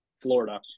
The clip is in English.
Florida